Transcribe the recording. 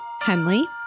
Henley